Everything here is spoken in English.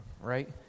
right